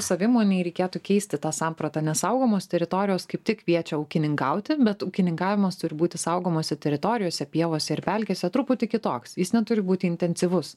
savimonei reikėtų keisti tą sampratą nesaugomos teritorijos kaip tik kviečia ūkininkauti bet ūkininkavimas turi būti saugomose teritorijose pievose ir pelkėse truputį kitoks jis neturi būti intensyvus